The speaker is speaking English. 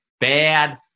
bad